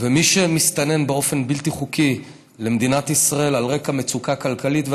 מי שמסתנן באופן בלתי חוקי למדינת ישראל על רקע מצוקה כלכלית,